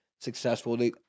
Successful